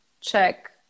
check